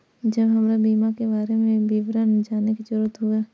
जब हमरा बीमा के बारे में विवरण जाने के जरूरत हुए?